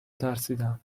ترسیدم